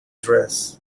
dress